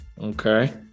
Okay